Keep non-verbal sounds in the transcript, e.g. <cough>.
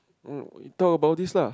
<noise> talk about this lah